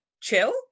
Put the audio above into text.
Chill